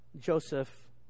Joseph